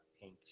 pink